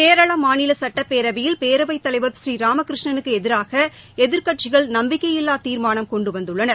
கேரள மாநில சட்டப்பேரவையில் பேரவைத் தலைவர் திரு புரீராமகிருஷ்ணனுக்கு எதிராக எதிர்க்கட்சிகள் நம்பிக்கையில்லா தீர்மானம் கொண்டு வந்துள்ளனர்